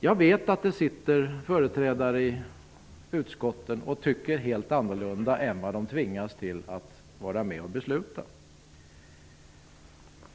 Jag vet att det sitter företrädare i utskotten och tycker helt annorlunda än vad de tvingas till att vara med och besluta.